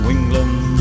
England